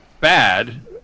bad